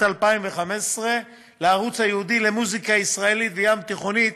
2015 לערוץ הייעודי למוזיקה ישראלית וים-תיכונית,